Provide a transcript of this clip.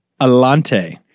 Alante